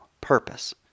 purpose